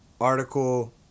article